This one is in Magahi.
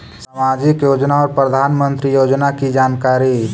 समाजिक योजना और प्रधानमंत्री योजना की जानकारी?